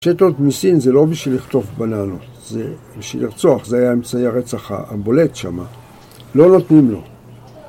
מצ'טות מסין זה לא בשביל לכתוב בננות, זה בשביל לרצוח, זה היה המציא הרצחה הבולט שם, לא נותנים לו